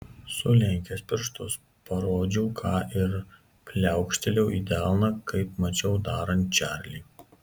sulenkęs pirštus parodžiau k ir pliaukštelėjau į delną kaip mačiau darant čarlį